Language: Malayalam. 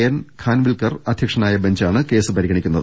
എൻ ഖാൻവിൽക്കർ അധ്യ ക്ഷനായ ബെഞ്ചാണ് കേസ് പരിഗണിക്കുന്നത്